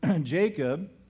Jacob